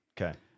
Okay